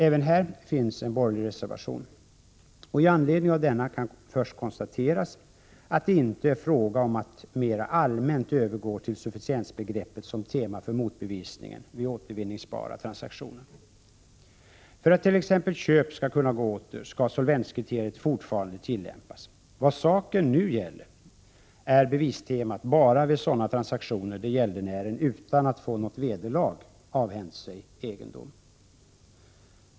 Även här finns en borgerlig reservation. Med anledning av denna kan först konstateras att det inte är fråga om att mer allmänt övergå till sufficiensbe greppet som tema för motbevisning vid återvinningsbara transaktioner. För — Prot. 1986/87:134 att t.ex. ett köp skall kunna gå åter skall solvenskriteriet fortfarande 2 juni 1987 tillämpas. Vad saken nu gäller är bevistemat endast vid sådana transaktioner då gäldenären utan att få något vederlag avhänt sig egendom.